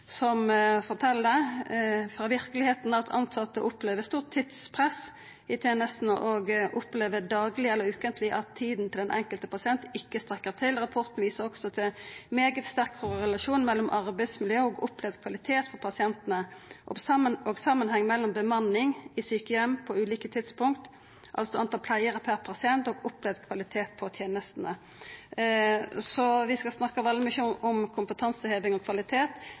som fortel – frå verkelegheita – at tilsette opplever stort tidspress i tenestene, dei opplever dagleg eller kvar veke at tida til kvar enkelt pasient ikkje strekk til. Rapporten viser også til svært sterk korrelasjon mellom arbeidsmiljø og opplevd kvalitet for pasientane og til samanhengen mellom bemanninga i sjukeheimar på ulike tidspunkt – altså talet på pleiarar per pasient – og opplevd kvalitet på tenestene. Vi skal snakka svært mykje om kompetanseheving og kvalitet,